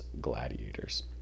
gladiators